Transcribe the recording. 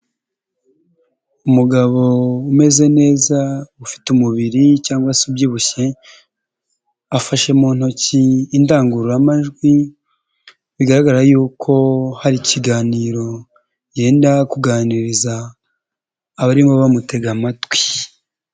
Umugabo umeze neza ufite umubiri cyangwa se ubyibushye, afashe mu ntoki indangururamajwi bigaragara yuko hari ikiganiro yenda kuganiriza abarimo bamutega amatwi.